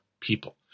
people